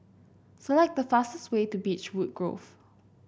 select the fastest way to Beechwood Grove